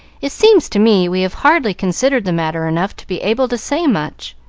it seems to me we have hardly considered the matter enough to be able to say much.